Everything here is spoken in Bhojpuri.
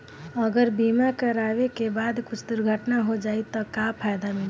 अगर बीमा करावे के बाद कुछ दुर्घटना हो जाई त का फायदा मिली?